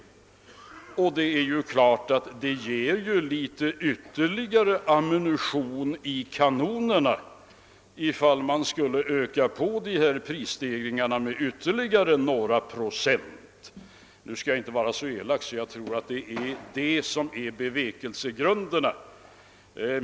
Och det är klart att det ger litet ytterligare ammunition i kanonerna ifall man skulle öka på dessa prisstegringar med ytterligare några procent. Nu skall jag inte vara så elak att jag säger att det är detta som är bevekelsegrunden.